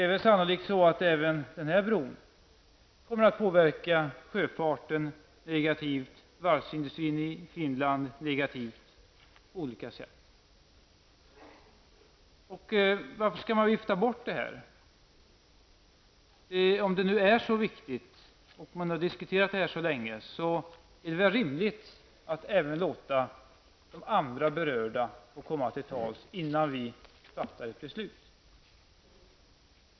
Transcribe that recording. Även denna bro lär sannolikt påverka sjöfarten och varvsindustrin i Finland negativt på olika sätt. Varför skall man vifta bort detta? Om det nu är så viktigt, och man har diskuterat frågan så länge, är det väl rimligt att låta andra berörda få komma till tals innan vi fattar ett beslut.